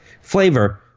flavor